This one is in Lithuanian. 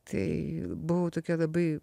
tai buvau tokia labai